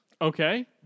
Okay